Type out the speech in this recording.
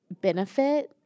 benefit